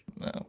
No